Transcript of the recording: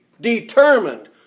determined